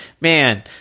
man